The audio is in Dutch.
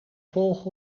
volgen